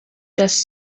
just